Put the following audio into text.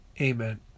Amen